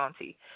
auntie